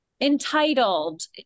entitled